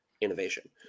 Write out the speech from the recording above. Innovation